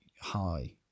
high